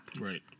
Right